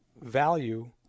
value